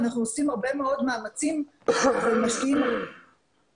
ואנחנו עושים הרבה מאוד מאמצים ומשקיעים הרבה מאוד משאבים